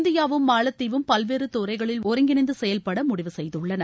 இந்தியாவும் மாலத்தீவும் பல்வேறு துறைகளில் ஒருங்கிணைந்து செயல்பட முடிவு செய்துள்ளன